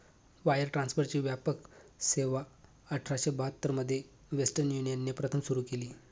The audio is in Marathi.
वायर ट्रान्सफरची व्यापक सेवाआठराशे बहात्तर मध्ये वेस्टर्न युनियनने प्रथम सुरू केली